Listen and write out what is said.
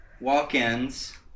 walk-ins